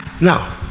Now